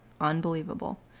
unbelievable